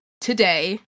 today